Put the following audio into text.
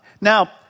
Now